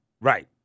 right